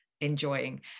enjoying